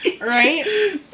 Right